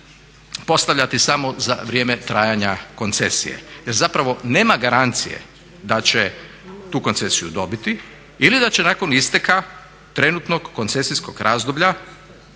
postavljati samo za vrijeme trajanja koncesije. Jer zapravo nema garancije da će tu koncesiju dobiti ili da će nakon isteka trenutnog koncesijskog razdoblja,